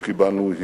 שקיבלנו,